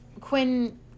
Quinn